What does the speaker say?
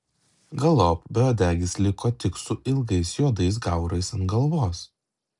galop beuodegis liko tik su ilgais juodais gaurais ant galvos